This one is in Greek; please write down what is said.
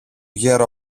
γερο